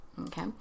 okay